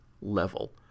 level